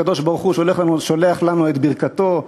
הקדוש-ברוך-הוא שולח לנו את ברכתו,